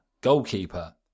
goalkeeper